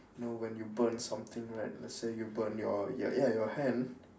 you know when you burn something right let's say you burn your ya your hand